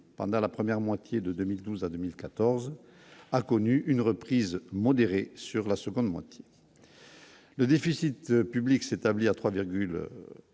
pendant la première moitié de 2012 à 2014 a connu une reprise modérée sur la seconde moitié le déficit public s'établit à 3,4